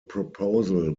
proposal